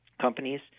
companies